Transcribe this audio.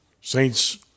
Saints